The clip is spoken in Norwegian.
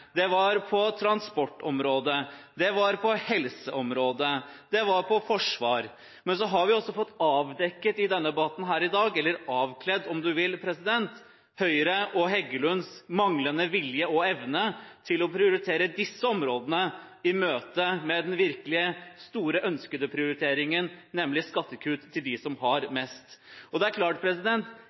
Det var på transportområdet, det var på helseområdet, det var på forsvarsområdet. Men så har vi også fått avdekket – eller avkledt, om du vil – i denne debatten her i dag Høyre og Heggelunds manglende vilje og evne til å prioritere disse områdene i møte med den virkelig store og ønskede prioriteringen, nemlig skattekutt til dem som har mest. Det er klart